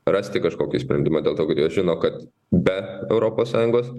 rasti kažkokį sprendimą dėl to kad jos žino kad be europos sąjungos